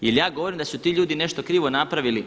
Jel ja govorim da su ti ljudi nešto krivo napravili?